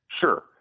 Sure